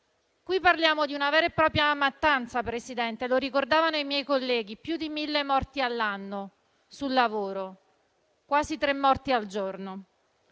Qui parliamo di una vera e propria mattanza, Presidente, come ricordavano i miei colleghi: più di mille morti all'anno sul lavoro, quasi tre morti al giorno.